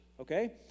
okay